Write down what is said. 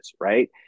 right